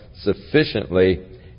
sufficiently